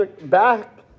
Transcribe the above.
back